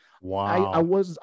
Wow